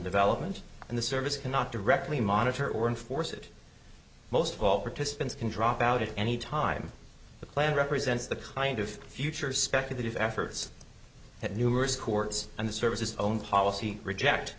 development and the service cannot directly monitor or enforce it most of all participants can drop out at any time the plan represents the kind of future speculative efforts that numerous courts and the services own policy reject